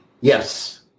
Yes